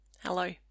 hello